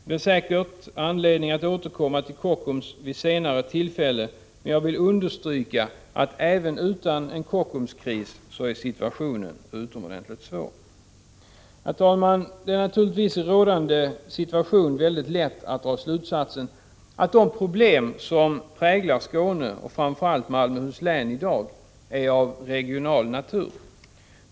Det blir säkert anledning att återkomma till Kockums vid senare tillfälle, men jag vill understryka att även utan en ”Kockumskris” är situationen utomordentligt svår. Herr talman! Det är naturligtvis i den rådande situationen väldigt lätt att dra slutsatsen att de problem som präglar Skåne — och framför allt Malmöhus län i dag — är av regional natur.